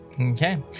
okay